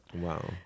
Wow